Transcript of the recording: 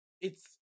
it's-